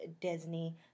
Disney